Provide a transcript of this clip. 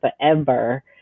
forever